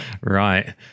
Right